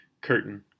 Curtain